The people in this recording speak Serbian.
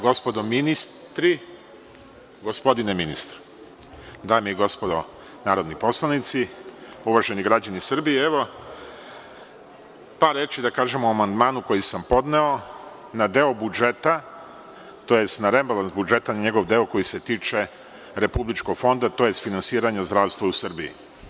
Gospodo ministri, gospodine ministre, dame i gospodo narodni poslanici, uvaženi građani Srbije, evo par reči da kažem o amandman u koji sam podneo na deo budžeta, tj. na rebalans budžeta, na njegov deo koji se tiče Republičkog fonda, tj. finansiranja zdravstva u Srbiji.